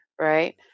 right